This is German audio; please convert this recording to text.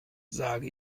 sage